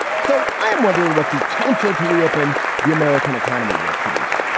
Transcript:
so i am wondering what the council to reopen the american economy will produce.